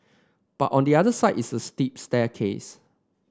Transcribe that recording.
but on the other side is a steep staircase